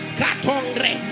katongre